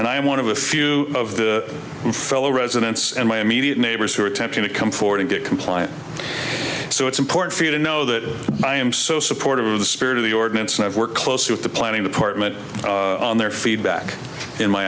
and i am one of a few of the fellow residents and my immediate neighbors who are attempting to come forward and get compliant so it's important for you to know that i am so supportive of the spirit of the ordinance and i've worked closely with the planning department on their feedback in my